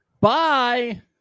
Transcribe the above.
bye